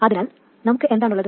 അതിനാൽ നമുക്ക് എന്താണ് ഉള്ളത്